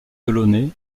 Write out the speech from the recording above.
delaunay